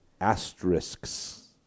Asterisks